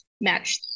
match